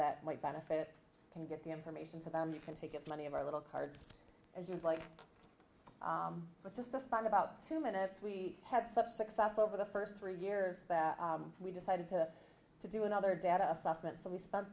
that might benefit can get the information to them you can take as many of our little cards as you'd like but just respond about two minutes we had such success over the first three years that we decided to to do another data assessment so we spent